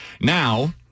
Now